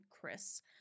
Chris